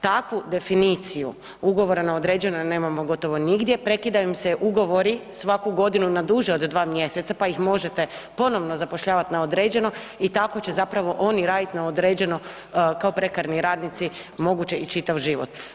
Takvu definiciju ugovora na određeno nemamo gotovo nigdje, prekidaju im se ugovori svaku godinu na duže od dva mjeseca pa ih možete ponovno zapošljavati na određeno i tako će zapravo oni raditi na određeno kao prekarni radnici moguće i čitav život.